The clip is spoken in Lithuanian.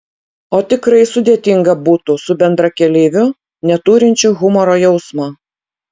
o tikrai sudėtinga būtų su bendrakeleiviu neturinčiu humoro jausmo